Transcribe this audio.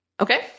Okay